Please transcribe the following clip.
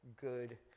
good